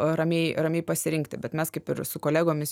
ramiai ramiai pasirinkti bet mes kaip ir su kolegomis